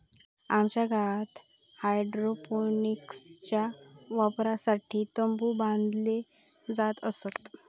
आमच्या गावात हायड्रोपोनिक्सच्या वापरासाठी तंबु बांधले जात असत